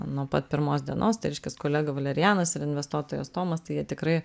nuo pat pirmos dienos tai reiškias kolega valerianas ir investuotojas tomas tai jie tikrai